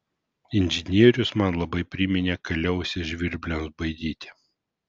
inžinierius man labai priminė kaliausę žvirbliams baidyti